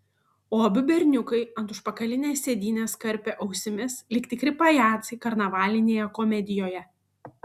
o abu berniukai ant užpakalinės sėdynės karpė ausimis lyg tikri pajacai karnavalinėje komedijoje